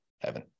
heaven